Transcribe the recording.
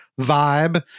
vibe